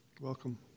Welcome